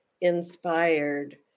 inspired